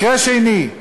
מקרה שני: